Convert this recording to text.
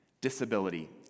disability